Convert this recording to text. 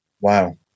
Wow